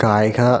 കായിക